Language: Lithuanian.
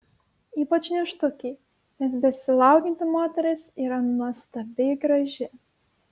ypač nėštukei nes besilaukianti moteris yra nuostabiai graži